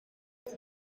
welk